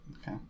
Okay